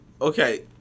Okay